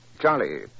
Charlie